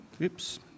Oops